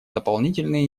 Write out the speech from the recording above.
дополнительные